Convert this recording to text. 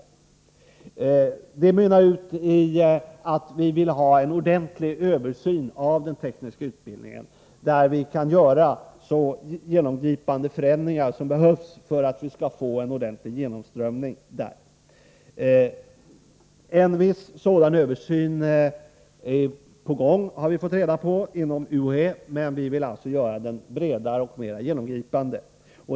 Motionen mynnar ut i att vi vill ha en ordentlig översyn av — Nr 154 den tekniska utbildningen, där vi kan göra så genomgripande förändringar som behövs för att vi skall få till stånd en ordentlig genomströmning. En viss ERE sådan översyn är på gång inom UHÄ, har vi fått reda på, men vi vill alltså ] göra den bredare och mera genomgripande.